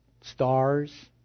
stars